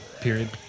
Period